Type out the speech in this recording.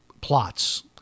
plots